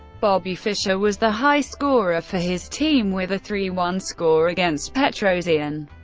bobby fischer was the high scorer for his team, with a three one score against petrosian.